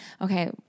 Okay